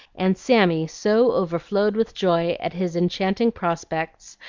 and sammy so overflowed with joy at his enchanting prospects,